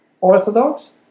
Orthodox